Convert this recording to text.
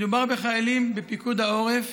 מדובר בחיילים בפיקוד העורף